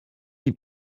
die